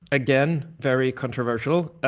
again, very controversial.